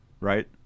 Right